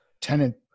tenant